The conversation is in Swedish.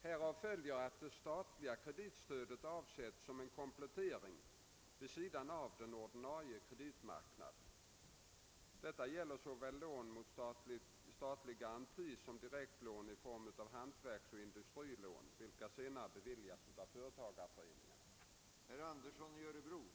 Härav följer, att det statliga kreditstödet är avsett som en komplettering vid sidan av den ordinarie kreditmarknaden. Detta gäller såväl lån mot statlig garanti som direktlån i form av hantverksoch industrilån, vilka senare beviljas av företagarföreningarna.